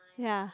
ya